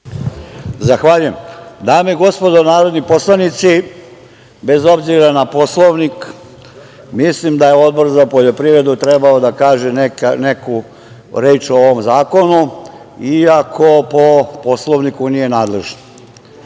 Zahvaljujem. Dame i gospodo narodni poslanici, bez obzira na Poslovnik, mislim da je Odbor za poljoprivredu trebao da kaže neku reč o ovom zakonu, iako po Poslovniku nije nadležan. Najviše